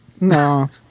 No